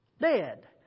dead